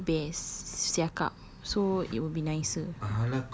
no that's seabass siakap so it will be nicer